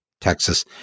Texas